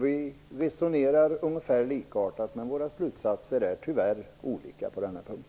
Vi resonerar ungefär på samma sätt, men våra slutsatser är tyvärr olika på denna punkt.